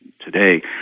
today